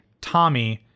Tommy